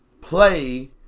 play